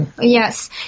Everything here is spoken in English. Yes